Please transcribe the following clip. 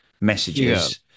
messages